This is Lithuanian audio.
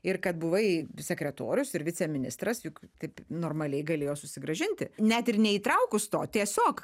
ir kad buvai sekretorius ir viceministras juk taip normaliai galėjo susigrąžinti net ir neįtraukus to tiesiog